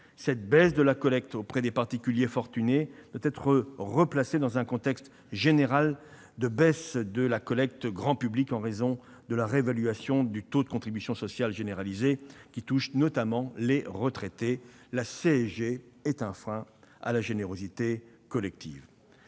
Cette baisse de la collecte auprès des particuliers fortunés doit être replacée dans le contexte d'une baisse générale de la collecte grand public en raison de la réévaluation du taux de contribution sociale généralisée, qui touche notamment les retraités. La CSG est un frein à la générosité collective.